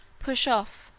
push off,